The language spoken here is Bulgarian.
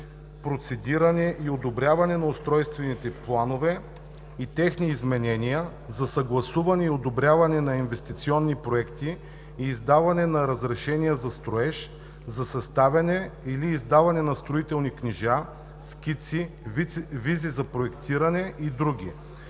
процедиране и одобряване на устройствени планове и техни изменения, за съгласуване и одобряване на инвестиционни проекти и издаване на разрешения за строеж, за съставяне или издаване на строителни книжа, скици, визи за проектиране и други;